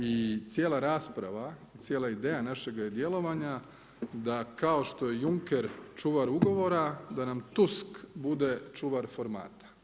I cijela rasprava, cijela ideja našeg djelovanja da kao što je Juncker čuvar ugovora, da nam Tusk bude čuvar formata.